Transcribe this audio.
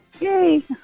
Yay